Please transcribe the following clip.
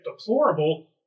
deplorable